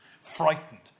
Frightened